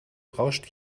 rauscht